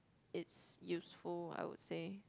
it's useful I would say